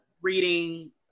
reading